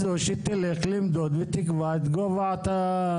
זו שתלך למדוד ותקבע את גובה החובות.